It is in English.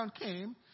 came